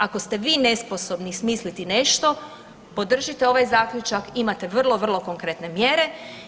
Ako ste vi nesposobni smisliti nešto, podržite ovaj zaključak, imate vrlo, vrlo konkretne mjere.